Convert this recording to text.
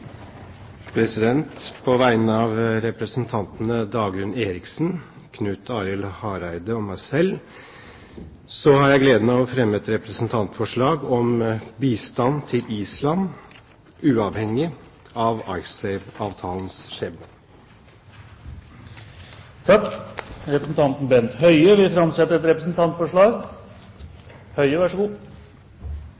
På vegne av representantene Dagrun Eriksen, Knut Arild Hareide og meg selv har jeg gleden av å fremme et representantforslag om bistand til Island uavhengig av Icesave-avtalens skjebne. Representanten Bent Høie vil framsette et representantforslag.